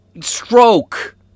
stroke